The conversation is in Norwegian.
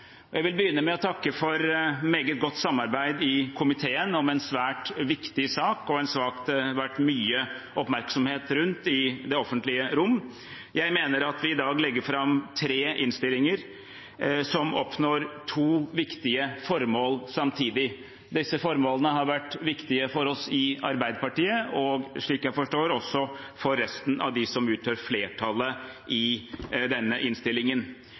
Jeg vil begynne med å takke for et meget godt samarbeid i komiteen om en svært viktig sak, og en sak det har vært mye oppmerksomhet rundt i det offentlige rom. Jeg mener vi i dag legger fram tre innstillinger som oppnår to viktige formål samtidig. Disse formålene har vært viktige for oss i Arbeiderpartiet, og slik jeg forstår det, også for resten av dem som utgjør flertallet i innstillingen.